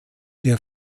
der